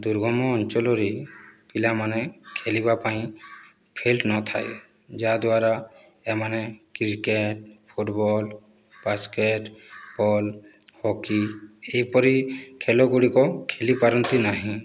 ଦୁର୍ଗମ ଅଞ୍ଚଳରେ ପିଲାମାନେ ଖେଳିବା ପାଇଁ ଫିଲ୍ଡ ନଥାଏ ଯାହାଦ୍ୱାରା ଏମାନେ କ୍ରିକେଟ୍ ଫୁଟବଲ୍ ବାସ୍କେଟବଲ୍ ହକି ଏହିପରି ଖେଳଗୁଡ଼ିକ ଖେଳିପାରନ୍ତି ନାହିଁ